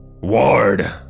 ward